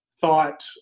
thought